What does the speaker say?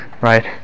right